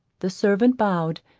the servant bowed,